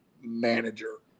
manager